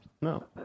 No